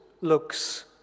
looks